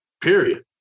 period